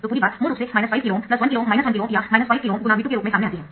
तो पूरी बात मूल रूप से 5 KΩ 1KΩ 1 KΩ या 5 KΩ ×I2 के रूप में सामने आती है